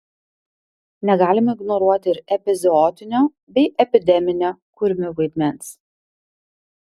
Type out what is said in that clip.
negalima ignoruoti ir epizootinio bei epideminio kurmių vaidmens